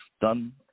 done